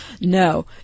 No